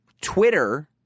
Twitter